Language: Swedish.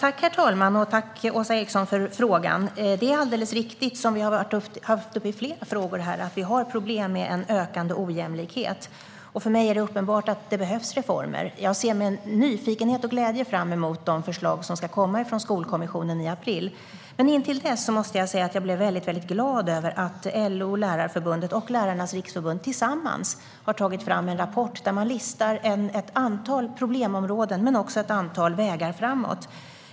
Herr talman! Tack, Åsa Eriksson, för frågan! Det är alldeles riktigt att vi har problem med en ökande ojämlikhet. För mig är det uppenbart att det behövs reformer. Jag ser med nyfikenhet och glädje fram emot de förslag som ska komma från Skolkommissionen i april. Jag blev också mycket glad över att LO, Lärarförbundet och Lärarnas riksförbund tillsammans har tagit fram en rapport där man listar både ett antal problemområden och ett antal vägar framåt.